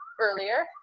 earlier